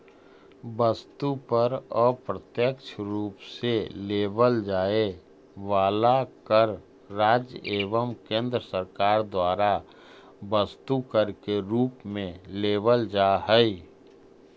वस्तु पर अप्रत्यक्ष रूप से लेवल जाए वाला कर राज्य एवं केंद्र सरकार द्वारा वस्तु कर के रूप में लेवल जा हई